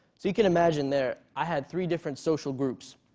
so you can imagine there. i had three different social groups.